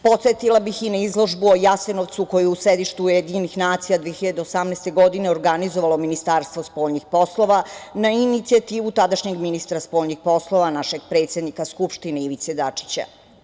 Podsetila bih i na izložbu o Jasenovcu koja je u sedištu UN 2018. godine organizovalo Ministarstvo spoljnih poslova na inicijativu tadašnjeg ministra spoljnih poslova, a našeg predsednika Skupštine, Ivice Dačića.